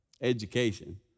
Education